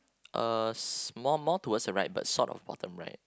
uh sm~ more more towards the right but sort of bottom right